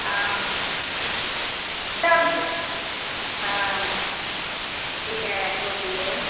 हँ तबसँ हँ इएह बोलिऔ